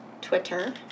Twitter